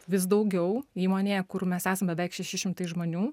vis daugiau įmonėje kur mes esam beveik šeši šimtai žmonių